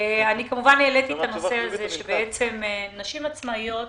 העליתי את הנושא הזה, שנשים עצמאיות